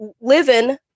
living